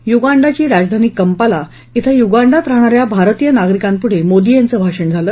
युगांडाची राजधानी कपाला इथ युगांडात राहणा या भारतीय नागरिकांपुढं मोदी यांच भाषण झालं